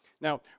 Now